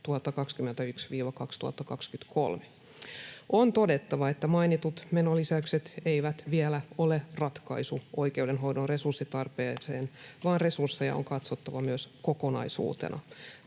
2021–2023. On todettava, että mainitut menolisäykset eivät vielä ole ratkaisu oikeudenhoidon resurssitarpeekseen, vaan resursseja on katsottava myös kokonaisuutena.